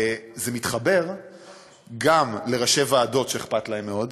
וזה מתחבר גם לראשי ועדות שאכפת להם מאוד,